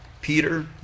Peter